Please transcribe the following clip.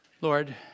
Lord